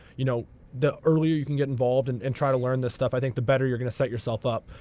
you know the earlier you can get involved and and try to learn this stuff, i think the better you're going to set yourself up.